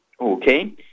okay